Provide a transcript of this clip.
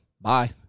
bye